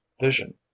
vision